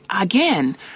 again